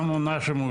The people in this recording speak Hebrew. לב אפלבאום.